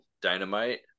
Dynamite